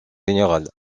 général